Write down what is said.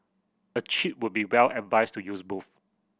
a cheat would be well advised to use both